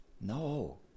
No